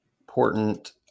important